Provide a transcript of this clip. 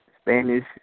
Spanish